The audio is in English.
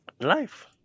life